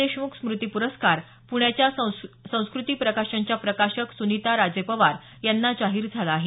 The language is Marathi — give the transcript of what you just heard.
देशमुख स्मुती पुरस्कार पुण्याच्या संस्कूती प्रकाशनच्या प्रकाशक सुनीताराजे पवार यांना जाहीर झाला आहे